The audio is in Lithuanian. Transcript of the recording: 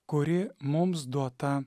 kuri mums duota